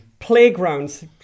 Playgrounds